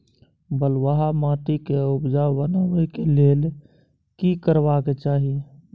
बालुहा माटी के उपजाउ बनाबै के लेल की करबा के चाही?